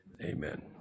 Amen